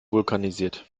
vulkanisiert